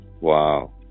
Wow